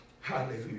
Hallelujah